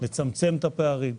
לצמצם את הפערים.